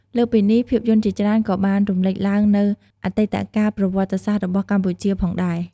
លើសពីនេះ ភាពយន្តជាច្រើនក៏បាន រំលេចឡើងនូវអតីតកាលប្រវត្តិសាស្ត្ររបស់កម្ពុជា ផងដែរ។